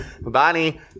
Bonnie